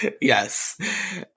Yes